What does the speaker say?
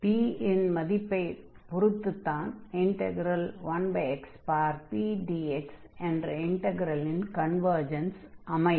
p இன் மதிப்பைப் பொறுத்துத்தான் a1xpdx என்ற இன்டக்ரலின் கன்வர்ஜன்ஸ் அமையும்